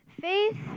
Faith